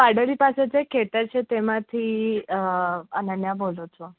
બારડોલી પાસે જે ખેતર છે તેમાંથી અનન્યા બોલું છું